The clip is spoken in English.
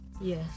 Yes